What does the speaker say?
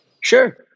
Sure